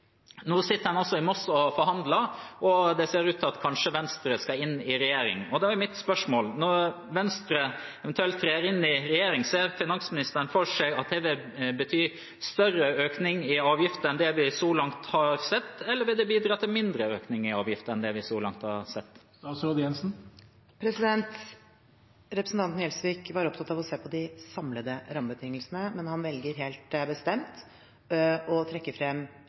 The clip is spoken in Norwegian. Nå sitter en i Moss og forhandler, og det ser ut til at Venstre kanskje skal inn i regjering. Da er mitt spørsmål: Når Venstre eventuelt trer inn i regjering, ser finansministeren for seg at det vil bety en større økning i avgifter enn det vi så langt har sett, eller vil det bidra til en mindre økning i avgifter enn det vi så langt har sett? Representanten Gjelsvik var opptatt av å se på de samlede rammebetingelsene, men han velger helt bestemt å trekke frem